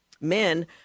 men